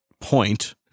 point